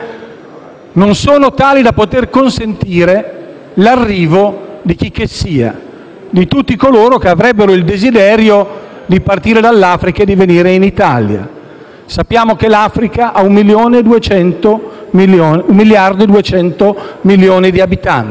non è tale da consentire l'arrivo di chicchessia, di tutti coloro che avrebbero il desiderio di partire dall'Africa per venire in Italia. Sappiamo che l'Africa ha 1.200 milioni di abitanti.